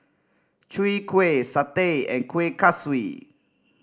Chwee Kueh satay and Kuih Kaswi